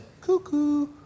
cuckoo